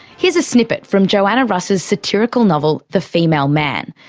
here's a snippet from joanna russ's satirical novel the female man.